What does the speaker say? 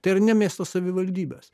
tai yra ne miesto savivaldybės